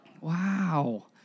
Wow